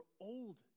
old